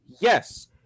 yes